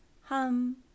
hum